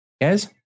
Yes